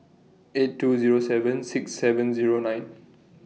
eight two Zero seven six seven Zero nine